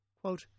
Quote